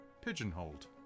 Pigeonholed